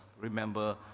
remember